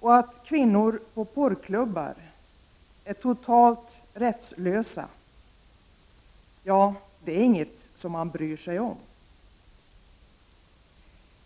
Att kvinnor på porrklubbar är totalt rättslösa, ja, det är inget som man bryr sig om.